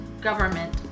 government